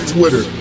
Twitter